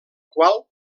qual